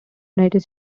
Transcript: united